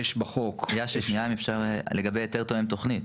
יאשי שניה אם אפשר, לגבי היתר תואם תוכנית.